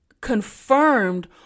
confirmed